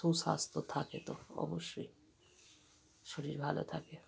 সুস্বাস্থ্য থাকে তো অবশ্যই শরীর ভালো থাকে